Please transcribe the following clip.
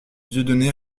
dieudonné